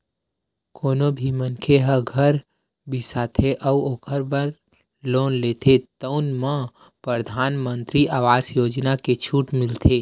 कोनो भी मनखे ह घर बिसाथे अउ ओखर बर लोन लेथे तउन म परधानमंतरी आवास योजना के छूट मिलथे